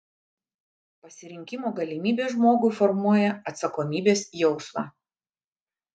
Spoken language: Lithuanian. pasirinkimo galimybė žmogui formuoja atsakomybės jausmą